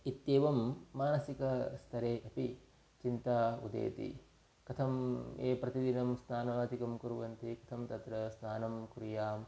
इत्येवं मानसिकस्तरे अपि चिन्ता उदेति कथं ये प्रतिदिनं स्नानादिकं कुर्वन्ति कथं तत्र स्नानं कुर्यां